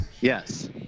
Yes